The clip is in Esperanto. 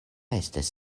estas